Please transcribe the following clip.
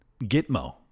Gitmo